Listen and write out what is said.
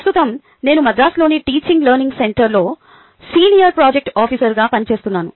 ప్రస్తుతం నేను మద్రాసులోని టీచింగ్ లెర్నింగ్ సెంటర్లో సీనియర్ ప్రాజెక్ట్ ఆఫీసర్గా పనిచేస్తున్నాను